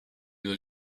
that